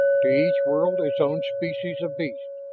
to each world its own species of beasts.